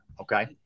Okay